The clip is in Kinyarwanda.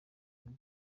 bine